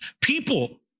people